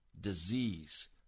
disease